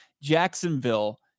Jacksonville